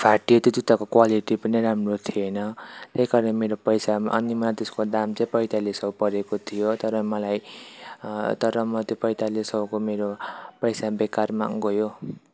फाट्यो त्यो जुत्ताको क्वालिटी पनि राम्रो थिएन त्यही कारण मेरो पैसा अनि मलाई त्यसको दाम चाहिँ पैँतालिस सय परेको थियो तर मलाई तर म त्यो पैँतालिस सयको मेरो पैसा मेरो बेकारमा गयो